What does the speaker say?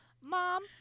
Mom